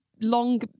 long